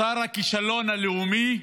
שר הכישלון הלאומי.